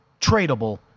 tradable